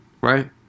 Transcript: right